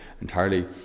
entirely